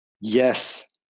Yes